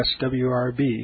swrb